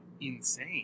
insane